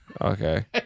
Okay